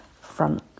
front